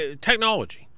technology